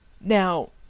Now